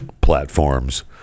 platforms